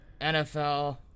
NFL